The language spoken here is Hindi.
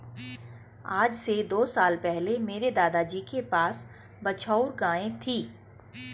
आज से दो साल पहले मेरे दादाजी के पास बछौर गाय थी